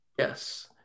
Yes